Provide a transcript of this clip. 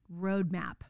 roadmap